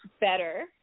better